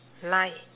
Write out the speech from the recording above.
like